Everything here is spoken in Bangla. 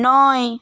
নয়